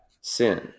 sin